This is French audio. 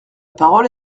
parole